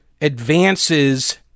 advances